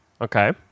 Okay